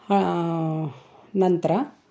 ನಂತರ